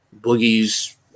Boogie's